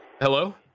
Hello